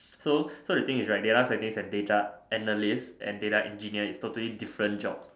so so the thing is right data scientist and data analyst and data engineer is totally different job